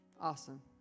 Awesome